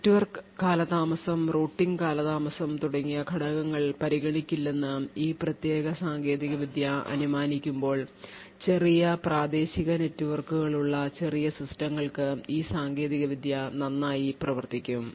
network കാലതാമസം routing കാലതാമസം തുടങ്ങിയ ഘടകങ്ങൾ പരിഗണിക്കില്ലെന്ന് ഈ പ്രത്യേക സാങ്കേതികവിദ്യ അനുമാനിക്കുമ്പോൾ ചെറിയ പ്രാദേശിക നെറ്റ്വർക്കുകളുള്ള ചെറിയ സിസ്റ്റങ്ങൾക്ക് ഈ സാങ്കേതികവിദ്യ നന്നായി പ്രവർത്തിക്കും